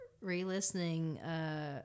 re-listening